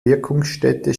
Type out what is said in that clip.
wirkungsstätte